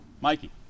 Mikey